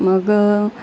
मग